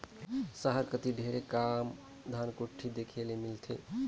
सहर कती ढेरे कम धनकुट्टी देखे ले मिलथे